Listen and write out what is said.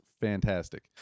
fantastic